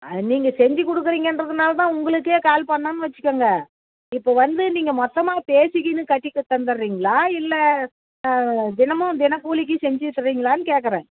நீங்கள் செஞ்சு கொடுக்குறீங்கன்றதனால தான் உங்களுக்கே கால் பண்ணேன்னு வச்சுக்கங்க இப்போ வந்து நீங்கள் மொத்தமாக பேசிக்கின்னு கட்டி தந்துடறீங்களா இல்லை தினமும் தினக்கூலிக்கு செஞ்சு தரீங்களான்னு கேக்கறேன்